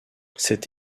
cette